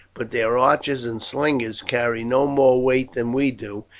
but their archers and slingers carry no more weight than we do,